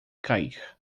cair